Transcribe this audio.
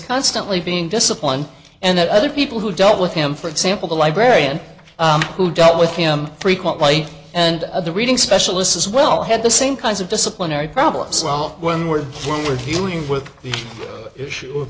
constantly being disciplined and that other people who dealt with him for example the librarian who dealt with him frequently and of the reading specialists as well had the same kinds of disciplinary problems solved when we're when we're dealing with the issue of